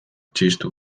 txistu